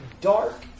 dark